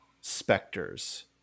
specters